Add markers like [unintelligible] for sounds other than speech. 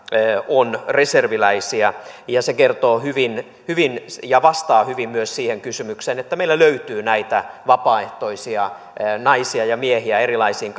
on reserviläisiä ja se kertoo hyvin hyvin ja vastaa hyvin myös siihen kysymykseen että meillä löytyy näitä vapaaehtoisia naisia ja miehiä erilaisiin [unintelligible]